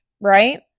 right